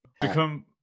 become